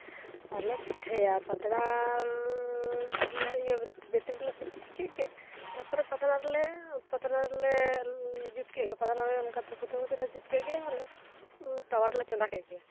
ᱟᱨᱞᱮ ᱯᱤᱴᱷᱟᱹᱭᱟ ᱯᱟᱛᱲᱟ ᱨᱮᱞᱮ ᱤᱭᱟᱹ ᱵᱟᱹᱴᱤ ᱨᱮᱞᱮ ᱥᱤᱯᱤ ᱴᱷᱤᱠ ᱠᱮᱫᱜᱮ ᱛᱟᱯᱚᱨᱮ ᱯᱟᱛᱲᱟ ᱨᱮᱞᱮ ᱯᱟᱛᱲᱟ ᱨᱮᱞᱮ ᱡᱩᱛ ᱠᱮᱫᱜᱮ ᱯᱟᱛᱲᱟ ᱨᱮᱞᱮ ᱚᱱᱠᱟ ᱛᱷᱟᱯᱚ ᱛᱷᱟᱯᱚ ᱛᱮᱞᱮ ᱡᱩᱛ ᱠᱮᱫᱜᱮ ᱟᱨ ᱞᱮ ᱛᱟᱣᱟ ᱨᱮᱞᱮ ᱪᱚᱸᱫᱟ ᱠᱮᱫ ᱜᱮ